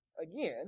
again